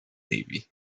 navy